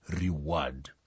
reward